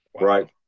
right